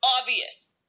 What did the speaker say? obvious